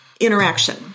Interaction